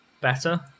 better